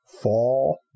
fall